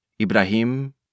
Ibrahim